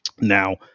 Now